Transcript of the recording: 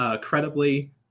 credibly